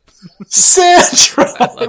Sandra